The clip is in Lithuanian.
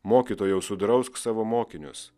mokytojau sudrausk savo mokinius